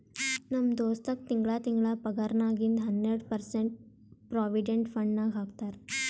ನಮ್ ದೋಸ್ತಗ್ ತಿಂಗಳಾ ತಿಂಗಳಾ ಪಗಾರ್ನಾಗಿಂದ್ ಹನ್ನೆರ್ಡ ಪರ್ಸೆಂಟ್ ಪ್ರೊವಿಡೆಂಟ್ ಫಂಡ್ ನಾಗ್ ಹಾಕ್ತಾರ್